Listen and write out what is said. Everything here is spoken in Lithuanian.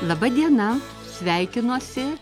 laba diena sveikinuosi